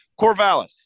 Corvallis